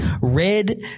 red